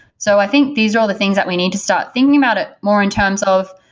so i think these are the things that we need to start thinking about ah more in terms of,